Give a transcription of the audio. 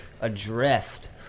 Adrift